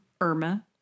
Irma